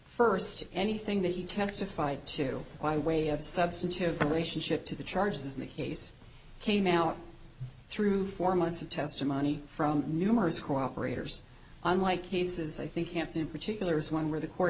first anything that you testified to by way of substantive relationship to the charges in the case came out through four months of testimony from numerous cooperators unlike cases i think hampton in particular is one where the court